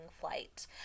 flight